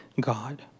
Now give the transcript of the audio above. God